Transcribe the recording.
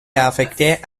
affectée